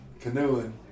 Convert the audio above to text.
canoeing